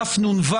דף נ"ו,